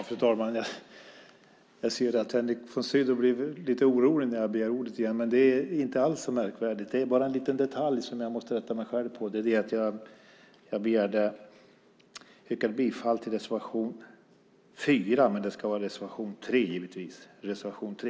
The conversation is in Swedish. Fru talman! Jag ser att Henrik von Sydow blir lite orolig när jag begär ordet igen, men det är inte alls så märkvärdigt. Det är bara i en liten detalj som jag måste rätta mig själv. Jag yrkade bifall till reservation 4, men det ska givetvis vara reservation 3.